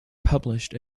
published